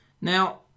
Now